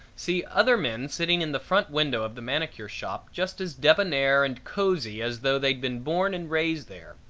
see other men sitting in the front window of the manicure shop just as debonair and cozy as though they'd been born and raised there,